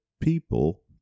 People